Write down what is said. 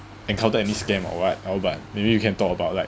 encounter any scam or what I don't know but maybe you can talk about like